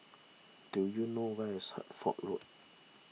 do you know where is Hertford Road